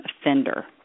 offender